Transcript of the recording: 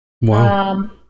Wow